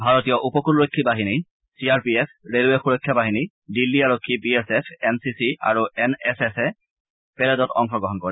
ভাৰতীয় উপকূলৰক্ষী বাহিনী চি আৰ পি এফ ৰেলৰে সূৰক্ষা বাহিনী দিল্লী আৰক্ষী B S F N C C আৰু এন এছ এছে পেৰেডত অংশ গ্ৰহণ কৰে